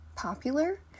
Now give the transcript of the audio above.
popular